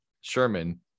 Sherman